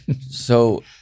so-